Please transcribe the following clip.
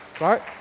right